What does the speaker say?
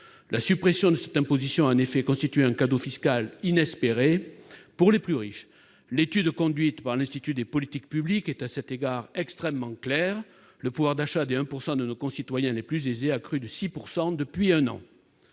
La suppression de cette imposition a en effet constitué un cadeau fiscal inespéré pour les plus riches. L'étude menée par l'Institut des politiques publiques est, à cet égard, extrêmement claire : le pouvoir d'achat des 1 % les plus aisés de nos concitoyens a crû de 6 % depuis un an.